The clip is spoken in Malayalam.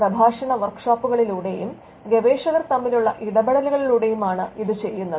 പ്രഭാഷണ വർക്ക്ഷോപ്പുകളിലൂടെയും ഗവേഷകർ തമ്മിലുള്ള ഇടപെടലുകളിലൂടെയുമാണ് ഇത് ചെയ്യുന്നത്